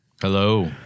Hello